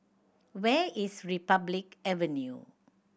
where is Republic Avenue